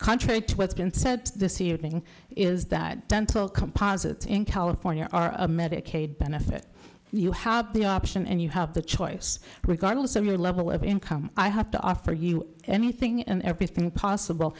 twit's been said this evening is that dental composites in california medicaid benefit you have the option and you have the choice regardless of your level of income i have to offer you anything and everything possible